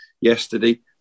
yesterday